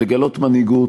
לגלות מנהיגות,